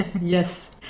Yes